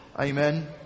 Amen